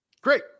Great